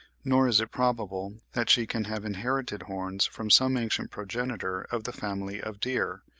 nor is it probable that she can have inherited horns from some ancient progenitor of the family of deer,